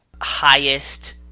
Highest